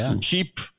cheap